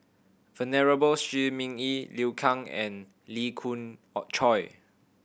Venerable Shi Ming Yi Liu Kang and Lee Khoon Choy